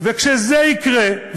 וכשזה יקרה,